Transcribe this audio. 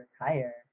retire